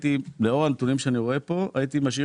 לאור הנתונים שאני רואה פה הייתי משאיר